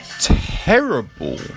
Terrible